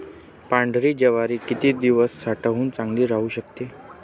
पांढरी ज्वारी किती दिवस साठवून चांगली राहू शकते?